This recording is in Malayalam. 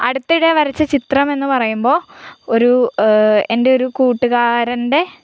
അടുത്തിടെ വരച്ച ചിത്രം എന്ന് പറയുമ്പോൾ ഒരു എൻ്റെ ഒരു കൂട്ടുകാരൻ്റെ